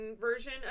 version